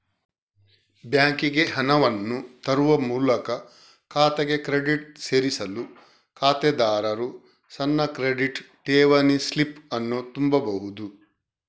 ಬ್ಯಾಂಕಿಗೆ ಹಣವನ್ನು ತರುವ ಮೂಲಕ ಖಾತೆಗೆ ಕ್ರೆಡಿಟ್ ಸೇರಿಸಲು ಖಾತೆದಾರರು ಸಣ್ಣ ಕ್ರೆಡಿಟ್, ಠೇವಣಿ ಸ್ಲಿಪ್ ಅನ್ನು ತುಂಬಬಹುದು